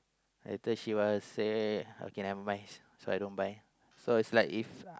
later she want say okay never mind so I don't mind so is like if